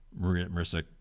Marissa